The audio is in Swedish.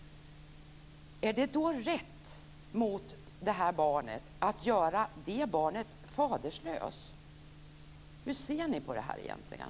Är det då rätt mot barnet att göra det faderslöst? Hur ser ni på det här egentligen?